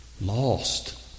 lost